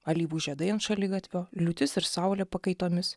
alyvų žiedai ant šaligatvio liūtis ir saulė pakaitomis